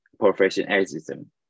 Professionalism